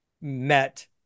met